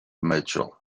mitchell